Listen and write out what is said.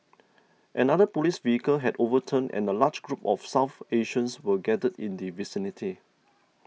another police vehicle had overturned and a large group of South Asians were gathered in the vicinity